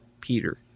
Peter